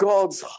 God's